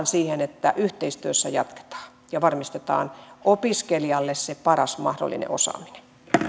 siihen että yhteistyössä jatketaan ja varmistetaan opiskelijalle se paras mahdollinen osaaminen